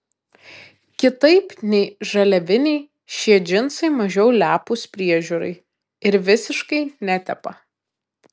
kitaip nei žaliaviniai šie džinsai mažiau lepūs priežiūrai ir visiškai netepa